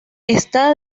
está